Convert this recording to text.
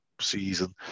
season